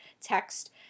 text